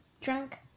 Drunk